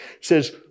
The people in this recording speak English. says